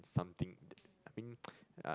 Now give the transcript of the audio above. something that I mean